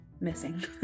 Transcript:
missing